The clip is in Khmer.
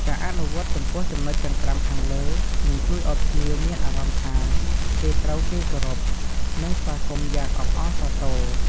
ការអនុវត្តចំពោះចំណុចទាំង៥ខាងលើ នឹងជួយឲ្យភ្ញៀវមានអារម្មណ៍ថាគេត្រូវគេគោរព និងស្វាគមន៍យ៉ាងអបអរសាទរ។